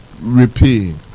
repay